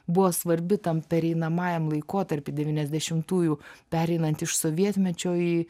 buvo svarbi tam pereinamajam laikotarpy devyniasdešimtųjų pereinant iš sovietmečio į